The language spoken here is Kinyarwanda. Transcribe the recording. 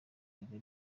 bajye